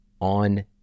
on